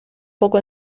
poco